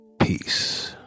Peace